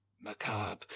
macabre